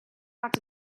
ought